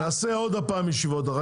נעשה עוד הפעם ישיבות.